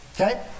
Okay